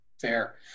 Fair